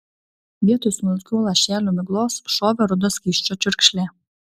vietoj smulkių lašelių miglos šovė rudo skysčio čiurkšlė